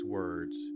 words